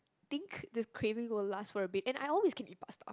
think this craving will last for a bit and I always can eat pasta